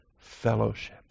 fellowship